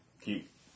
keep